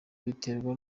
biterwa